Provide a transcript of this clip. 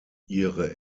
ihre